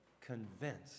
convinced